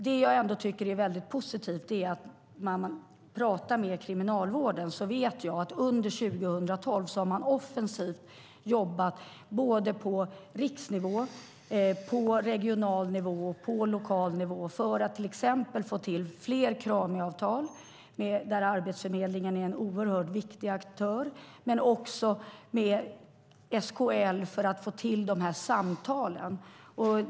Det jag ändå tycker är väldigt positivt är att jag vet att man i Kriminalvården under 2012 har jobbat offensivt på såväl riksnivå som regional och lokal nivå för att till exempel få till fler Kramiavtal - där är Arbetsförmedlingen en oerhört viktig aktör - och avtal med SKL för att få till samtalen.